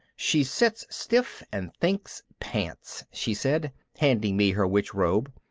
she sits stiff and thinks pants, she said, handing me her witch robe.